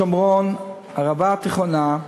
שומרון, הערבה התיכונה,